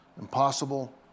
Impossible